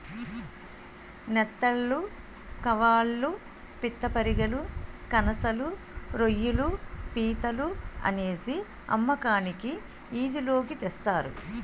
నెత్తళ్లు కవాళ్ళు పిత్తపరిగెలు కనసలు రోయ్యిలు పీతలు అనేసి అమ్మకానికి ఈది లోకి తెస్తారు